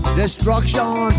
destruction